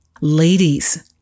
Ladies